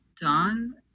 done